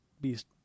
beast